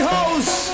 House